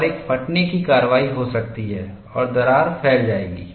और एक फटने की कार्रवाई हो सकती है और दरार फैल जाएगी